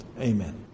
amen